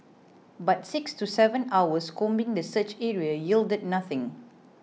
but six to seven hours combing the search area yielded nothing